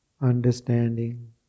understanding